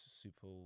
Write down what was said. super